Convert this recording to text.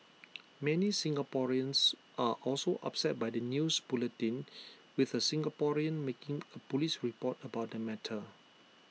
many Singaporeans are also upset by the news bulletin with A Singaporean making A Police report about the matter